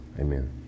Amen